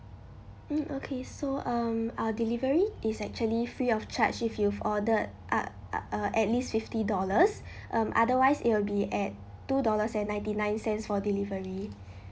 mm okay so um our delivery is actually free of charge if you've ordered uh uh at least fifty dollars um otherwise it will be at two dollars and ninety nine cents for delivery